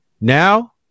Now